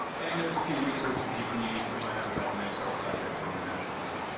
and there's a few resources you can use to find out about the medstar project and the master planning.